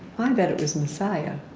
i bet it was messiah.